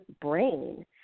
brain